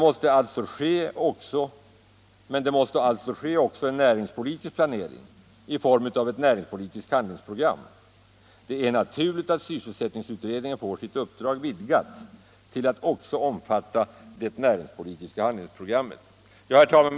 Men det måste alltså ske också en näringspolitisk planering i form av ett näringspolitiskt handlingsprogram. Det är naturligt att sysselsättningsutredningen får sitt uppdrag vidgat till att också omfatta det näringspolitiska handlingsprogrammet.” Herr talman!